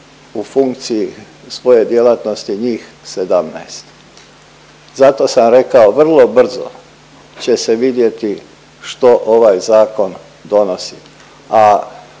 u funkciji svoje djelatnosti njih 17. Zato sam rekao vrlo brzo će se vidjeti što ovaj zakon donosi,